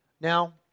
now